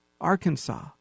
Arkansas